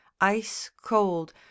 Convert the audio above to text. ice-cold